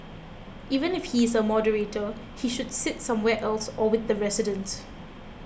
even if he is a moderator he should sit somewhere else or with the residents